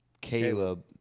Caleb